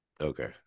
Okay